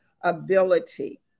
ability